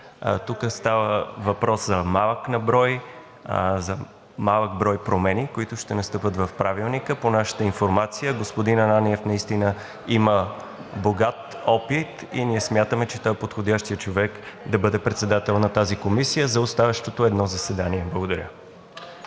Тук става въпрос за малък на брой промени, които ще настъпят в Правилника. По нашата информация господин Ананиев наистина има богат опит и ние смятаме, че той е подходящият човек да бъде председател на тази комисия за оставащото едно заседание. Благодаря.